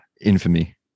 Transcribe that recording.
infamy